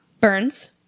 burns